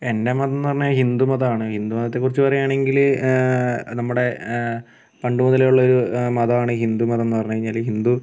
എൻ്റെ മതം എന്ന് പറഞ്ഞാൽ ഹിന്ദു മതമാണ് ഹിന്ദു മതത്തെ കുറിച്ച് പറയുവാണെങ്കിൽ നമ്മുടെ പണ്ട് മുതലേ ഉള്ള ഒരു മതമാണ് ഹിന്ദു മതം എന്ന് പറഞ്ഞുകഴിഞ്ഞാൽ ഹിന്ദു